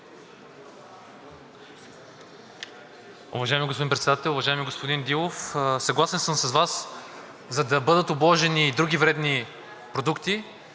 Уважаеми господин Председател! Уважаеми господин Дилов, съгласен съм с Вас – за да бъдат обложени и други вредни продукти,